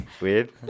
Weird